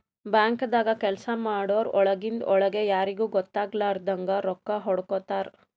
ಬ್ಯಾಂಕ್ದಾಗ್ ಕೆಲ್ಸ ಮಾಡೋರು ಒಳಗಿಂದ್ ಒಳ್ಗೆ ಯಾರಿಗೂ ಗೊತ್ತಾಗಲಾರದಂಗ್ ರೊಕ್ಕಾ ಹೊಡ್ಕೋತಾರ್